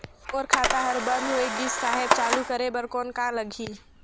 मोर खाता हर बंद होय गिस साहेब चालू करे बार कौन का लगही?